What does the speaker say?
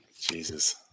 Jesus